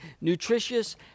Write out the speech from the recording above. nutritious